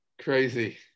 Crazy